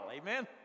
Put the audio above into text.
Amen